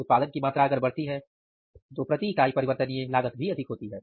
उत्पादन की मात्रा अगर बढ़ती है तो प्रति इकाई परिवर्तनीय लागत भी अधिक होती है